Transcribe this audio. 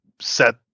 set